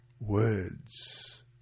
words